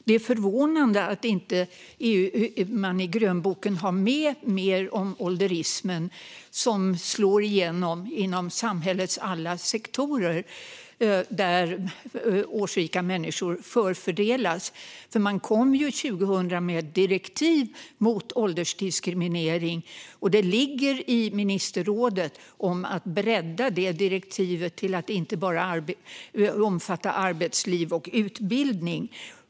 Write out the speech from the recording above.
Det är förvånande att man inte har med mer i grönboken om ålderismen, som slår igenom inom samhällets alla sektorer, där årsrika människor förfördelas. Man kom år 2000 med ett direktiv mot åldersdiskriminering, och i ministerrådet ligger ett förslag om att bredda detta direktiv till att inte bara omfatta arbetsliv och utbildning.